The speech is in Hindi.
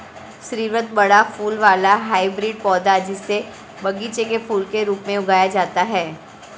स्रीवत बड़ा फूल वाला हाइब्रिड पौधा, जिसे बगीचे के फूल के रूप में उगाया जाता है